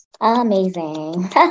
Amazing